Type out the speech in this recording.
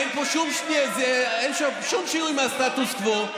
אין פה שום שינוי מהסטטוס קוו.